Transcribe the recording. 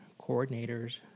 coordinators